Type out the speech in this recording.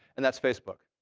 and that's facebook.